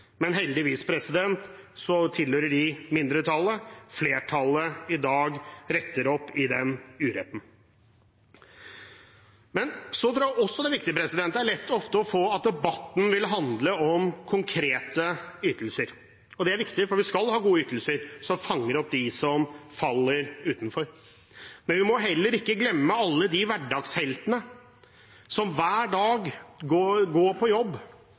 men heldigvis tilhører de mindretallet. Flertallet i dag retter opp i den uretten. Det er lett å forstå at debatten vil handle om konkrete ytelser. Det er viktig, for vi skal ha gode ytelser som fanger opp dem som faller utenfor. Men vi må heller ikke glemme alle de hverdagsheltene som hver dag går på jobb. Mange av dem går til dårlig betalte jobber, men de står opp om «morran», går på jobb